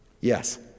Yes